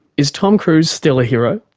is tom cruise still a hero?